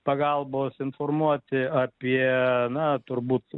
pagalbos informuoti apie na turbūt